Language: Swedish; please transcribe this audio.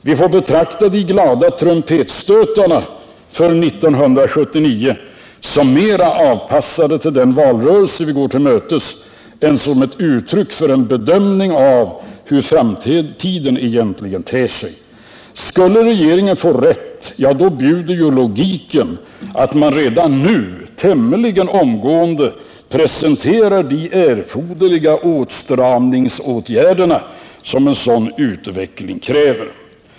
Vi får betrakta de glada trumpetstötarna för 1979 mer som avpassade till den valrörelse vi går till mötes än som ett uttryck för en bedömning av hur framtiden egentligen ter sig. Logiken bjuder att man - om regeringen skulle få rätt — tämligen omgående presenterar de åtstramningsåtgärder som en sådan utveckling kräver.